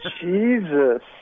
Jesus